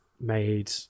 made